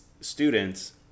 students